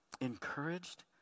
encouraged